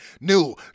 new